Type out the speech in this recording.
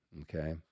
Okay